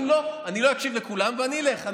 אם לא, אני לא אקשיב לכולם ואני אלך.